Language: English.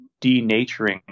denaturing